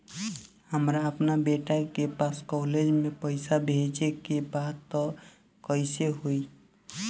हमरा अपना बेटा के पास कॉलेज में पइसा बेजे के बा त कइसे होई?